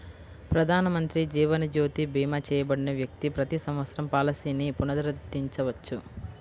ప్రధానమంత్రి జీవన్ జ్యోతి భీమా చేయబడిన వ్యక్తి ప్రతి సంవత్సరం పాలసీని పునరుద్ధరించవచ్చు